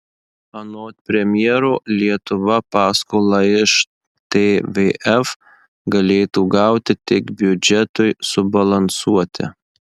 anot premjero lietuva paskolą iš tvf galėtų gauti tik biudžetui subalansuoti